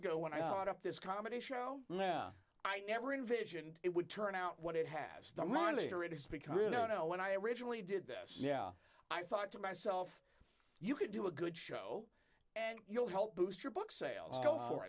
ago when i thought up this comedy show now i never envisioned it would turn out what it has the monitor it is because you know when i originally did this yeah i thought to myself you could a good show and you'll help boost your book sale